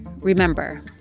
remember